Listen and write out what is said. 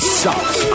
sucks